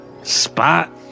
Spot